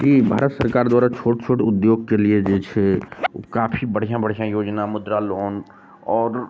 ई भारत सरकार द्वारा छोट छोट उद्योगके लिये जे छै काफी बढ़िऑं बढ़िऑं योजना मुद्रा लोन आओर